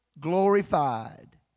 glorified